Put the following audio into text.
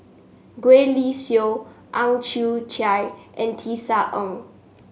Gwee Li Sui Ang Chwee Chai and Tisa Ng